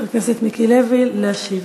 חבר הכנסת מיקי לוי, להשיב.